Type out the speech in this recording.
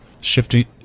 shifting –